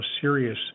serious